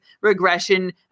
regression